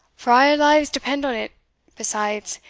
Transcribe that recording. for a' our lives depend on it besides,